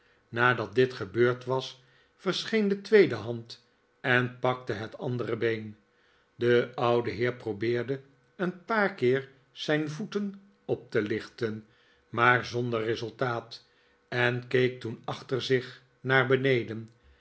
nadat dit gebeurd was verscheen de tweede hand en pakte het andere been de oude heer probeerde een paar keer zijn voeten op te lichten maar zonder resultaat en keek toen achter zich naar beneden